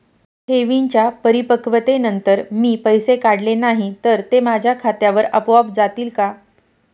ठेवींच्या परिपक्वतेनंतर मी पैसे काढले नाही तर ते माझ्या खात्यावर आपोआप जातील का?